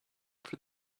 for